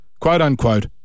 quote-unquote